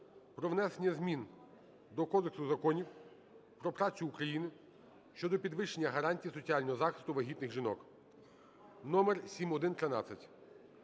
про внесення змін до Кодексу законів про працю України щодо підвищення гарантій соціального захисту вагітних жінок (№ 7113).